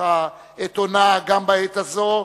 שמוכיחה את אונה גם בעת הזאת,